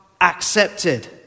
accepted